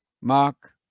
Mark